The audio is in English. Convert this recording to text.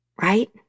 Right